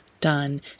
done